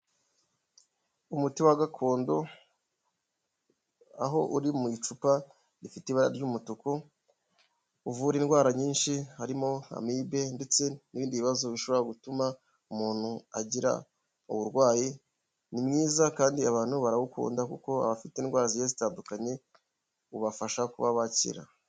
Umuti wa gakondo aho uri mu icupa rifite ibara ry'umutuku uvura indwara nyinshi harimo nk'amibe ndetse n'ibindi bibazo bishobora gutuma umuntu agira uburwayi, ni mwiza kandi abantu barawukunda kuko abafite indwara zigiye zitandukanye ubafasha kuba bakira.